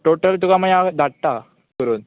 total तुका मागीर धाडटा करून